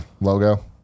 logo